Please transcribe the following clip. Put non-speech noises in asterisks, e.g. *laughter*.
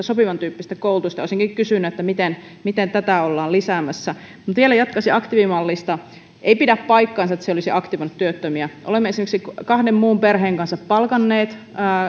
*unintelligible* sopivantyyppistä koulutusta olisinkin kysynyt miten miten tätä ollaan lisäämässä vielä jatkaisin aktiivimallista ei pidä paikkaansa ettei se olisi aktivoinut työttömiä olemme esimerkiksi kahden muun perheen kanssa palkanneet